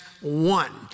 one